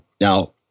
now